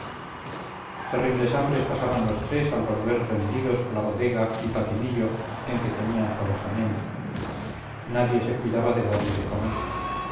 terribles hambres pasaban los tres al volver rendidos a la bodega y patinillo en que tenían su alojamiento nadie se cuidaba de darles de comer